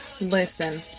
Listen